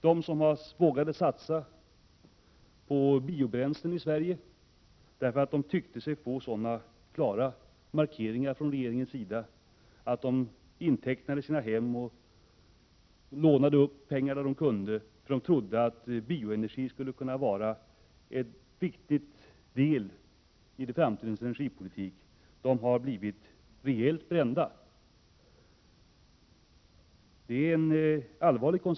De som i Sverige vågade satsa på framställning av biobränslen trodde sig ha fått klara signaler från regeringen om att bioenergin skulle bli en viktig del i framtidens svenska energiförsörjning. Därför vågade de inteckna sina hem och låna pengar för att få en produktion i gång. De har blivit rejält brända av ryckigheten i den förda politiken.